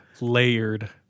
layered